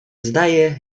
zdaje